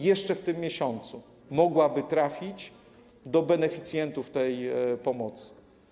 Jeszcze w tym miesiącu mogłoby to trafić do beneficjentów pomocy.